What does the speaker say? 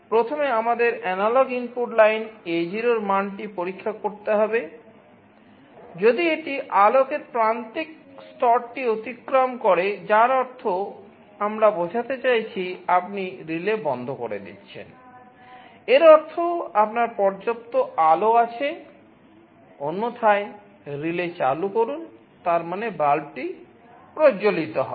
প্রথমে আমাদের analog input line A0 এর মানটি পরীক্ষা করতে হবে যদি এটি আলোকের প্রান্তিক স্তরটি অতিক্রম করে যার অর্থ আমরা বোঝাতে চাইছি আপনি রিলে বন্ধ করে দিচ্ছেন এর অর্থ আপনার পর্যাপ্ত আলো আছে অন্যথায় রিলে চালু করুন তার মানে বাল্বটি প্রজ্বলিত হবে